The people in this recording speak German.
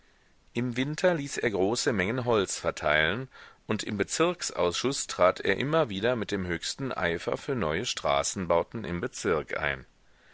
im winter ließ er große mengen holz verteilen und im bezirksausschuß trat er immer wieder mit dem höchsten eifer für neue straßenbauten im bezirk ein